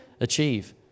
achieve